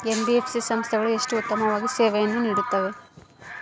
NBFC ಸಂಸ್ಥೆಗಳು ಎಷ್ಟು ಉತ್ತಮವಾಗಿ ಸೇವೆಯನ್ನು ನೇಡುತ್ತವೆ?